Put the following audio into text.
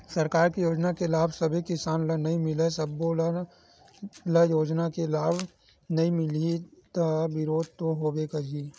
सरकार के योजना के लाभ सब्बे किसान ल नइ मिलय, सब्बो ल योजना के लाभ नइ मिलही त बिरोध तो होबे करही